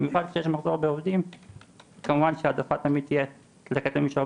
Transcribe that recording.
במיוחד כשיש מחסור בעובדים אז כמובן שההעדפה תהיה ללכת למישהו שהוא